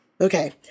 Okay